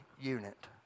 unit